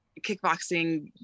kickboxing